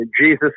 Jesus